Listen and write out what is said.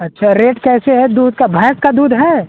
अच्छा रेट कैसे है दूध का भैंस का दूध है